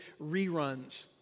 reruns